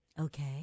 Okay